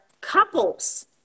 couples